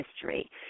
history